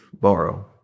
borrow